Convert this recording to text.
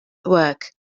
works